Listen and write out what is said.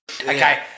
Okay